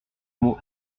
mot